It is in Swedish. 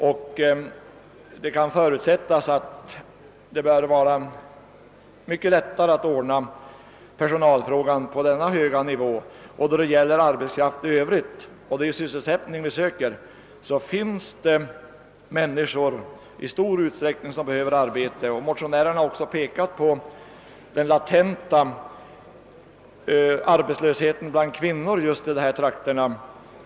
Det kan därför förutsättas att det bör vara mycket lättare att ordna personalfrågan på denna höga nivå, och då det gäller arbetskraft i övrigt — och det är ju sysselsättning som eftersträvas — är det många människor som behöver arbete. Motionärerna har pekat på den latenta arbetslösheten bland kvinnor just i dessa trakter.